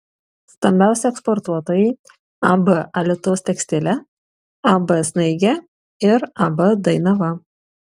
stambiausi eksportuotojai ab alytaus tekstilė ab snaigė ir ab dainava